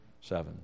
seven